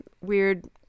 weird